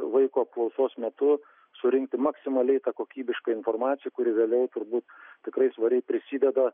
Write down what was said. vaiko apklausos metu surinkti maksimaliai kokybišką informaciją kuri vėliau turbūt tikrai svariai prisideda